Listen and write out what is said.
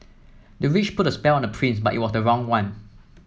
the witch put a spell on the prince but it was the wrong one